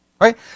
Right